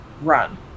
run